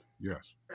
Yes